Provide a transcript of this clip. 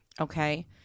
okay